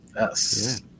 Yes